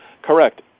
Correct